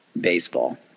baseball